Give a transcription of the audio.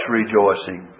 rejoicing